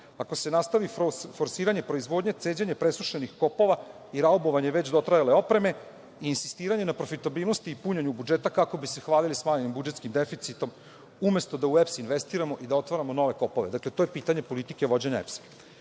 ako se nastavi forsiranje proizvodnje, ceđenjem presušenih kopova i raubovanje već dotrajale opreme i insistiranje na profitabilnosti i punjenju budžeta kako bismo se hvalili smanjenim budžetskim deficitom umesto da u EPS investiramo i da otvaramo nove kopove. Dakle, to je pitanje politike vođenja EPS.